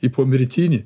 į pomirtinį